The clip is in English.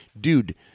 dude